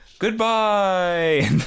Goodbye